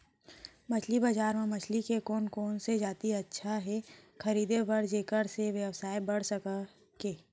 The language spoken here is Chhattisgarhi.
मछली बजार बर मछली के कोन कोन से जाति अच्छा हे खरीदे बर जेकर से व्यवसाय बढ़ सके?